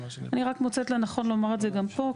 אני רק מוצאת לנכון לומר את זה גם פה,